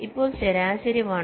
ഇപ്പോൾ ശരാശരി 1